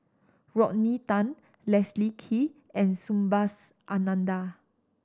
Rodney Tan Leslie Kee and Subhas Anandan